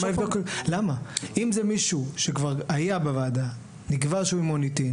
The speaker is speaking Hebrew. אם זה מישהו שכבר היה בוועדה, ונקבע לו מוניטין